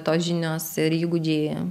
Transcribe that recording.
tos žinios ir įgūdžiai